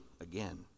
again